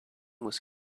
was